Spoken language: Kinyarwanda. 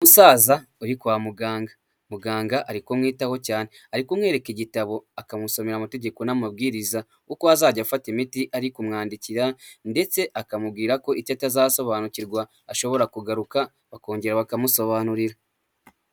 Umusaza uri kwa muganga, muganga ari kumwitaho cyane, ari kumwemwereka igitabo akamusomera amategeko n'amabwiriza, uko azajya afata imiti, ari kumwandikira ndetse akamubwira ko, icyo atazasobanukirwa ashobora kugaruka bakongera bakamusobanurira.